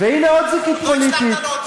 והנה עוד זיקית פוליטית, שום דבר, לא נכון.